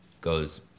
goes